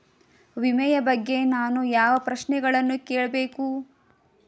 ವಿಮೆಯ ಬಗ್ಗೆ ನಾನು ಯಾವ ಪ್ರಶ್ನೆಗಳನ್ನು ಕೇಳಬೇಕು?